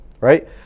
right